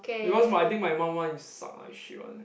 because my I think mum one is suck like shit one